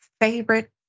favorite